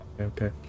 Okay